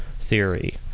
theory